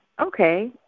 Okay